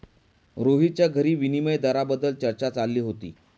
रोहितच्या घरी विनिमय दराबाबत चर्चा चालली होती